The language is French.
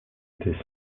été